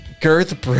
Girth